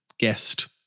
guest